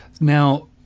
Now